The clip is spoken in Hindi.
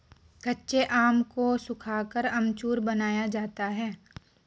कच्चे आम को सुखाकर अमचूर बनाया जाता है